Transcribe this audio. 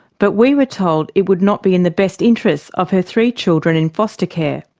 but we were told it would not be in the best interests of her three children in foster care.